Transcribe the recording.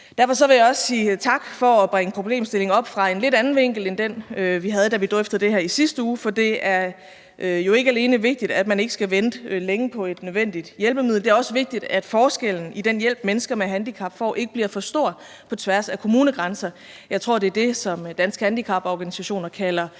Derfor vil jeg også sige tak for at bringe problemstillingen op fra en lidt anden vinkel end den, vi havde, da vi drøftede det her i sidste uge, for det er jo ikke alene vigtigt, at man ikke skal vente længe på et nødvendigt hjælpemiddel, men det er også vigtigt, at forskellen i den hjælp, mennesker med handicap får, ikke bliver for stor på tværs af kommunegrænser. Jeg tror, det er det, som Danske Handicaporganisationer kalder